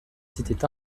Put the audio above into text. s’étaient